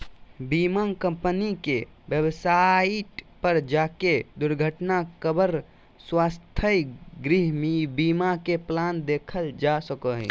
बीमा कम्पनी के वेबसाइट पर जाके दुर्घटना कवर, स्वास्थ्य, गृह बीमा के प्लान देखल जा सको हय